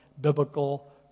biblical